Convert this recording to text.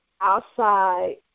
outside